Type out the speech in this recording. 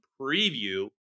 preview